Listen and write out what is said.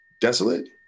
Desolate